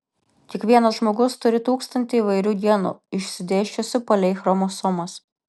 kiekvienas žmogus turi tūkstantį įvairių genų išsidėsčiusių palei chromosomas